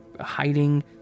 hiding